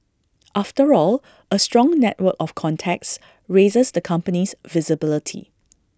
after all A strong network of contacts raises the company's visibility